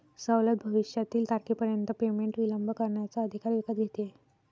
सवलत भविष्यातील तारखेपर्यंत पेमेंट विलंब करण्याचा अधिकार विकत घेते